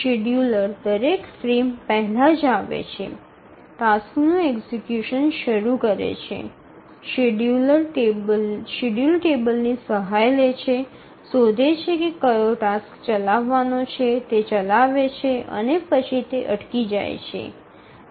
scheduler દરેક frame પહેલાં જ આવે છે ટાસ્કનું એક્ઝિકયુશન શરૂ કરે છે શેડ્યૂલ ટેબલની સહાય લે છે શોધે છે કે કયો ટાસ્ક ચલાવવાનો છે તે ચલાવે છે અને પછી તે અટકી જાય છે